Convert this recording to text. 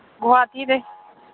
ꯒꯨꯍꯥꯇꯤꯗꯒꯤ